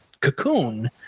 cocoon